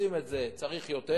אנחנו עושים את זה, צריך יותר.